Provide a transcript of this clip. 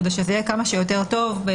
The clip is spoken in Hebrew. כדי שזה יהיה כמה שיותר טוב,